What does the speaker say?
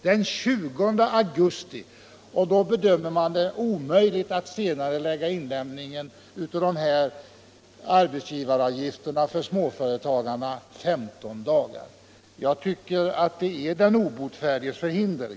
Med den tidsmarginalen bedömer man det således som omöjligt att senarelägga inlämningen av småföretagarnas arbetsgivaruppgifter med 15 dagar. Jag tycker att det är den obotfärdiges förhinder.